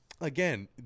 Again